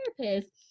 therapist